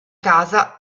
casa